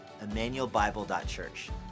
emmanuelbible.church